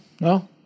no